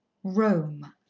rome